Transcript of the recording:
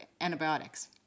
antibiotics